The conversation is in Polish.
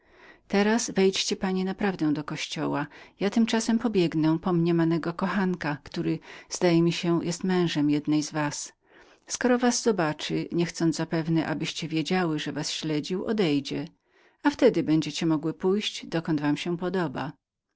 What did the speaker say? teraz wejdźcie panie na prawdę do kościoła ja tymczasem pobiegnę po mniemanego kochanka który zdaje mi się jest mężem jednej z was skoro was zobaczy niechcąc zapewne abyście wiedziały że was śledził odejdzie a wtedy będziecie mogły pójść gdzie wam się podoba